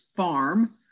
farm